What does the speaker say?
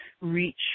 reach